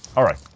alright.